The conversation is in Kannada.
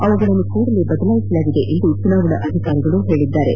ಅವುಗಳನ್ನು ಕೂಡಲೇ ಬದಲಾಯಿಸಲಾಗಿದೆ ಎಂದು ಚುನಾವಣಾಧಿಕಾರಿಗಳು ಹೇಳಿದ್ದಾರೆ